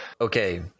Okay